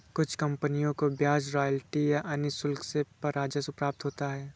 कुछ कंपनियों को ब्याज रॉयल्टी या अन्य शुल्क से राजस्व प्राप्त होता है